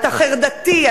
אתה חרדתי,